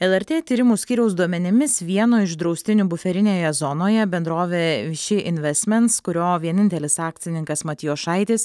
lrt tyrimų skyriaus duomenimis vieno iš draustinių buferinėje zonoje bendrovė višy investments kurio vienintelis akcininkas matijošaitis